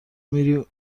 میری